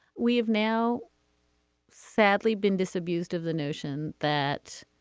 we have now sadly been disabused of the notion that.